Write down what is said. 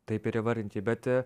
taip ir įvardinti bet